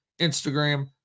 Instagram